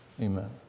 amen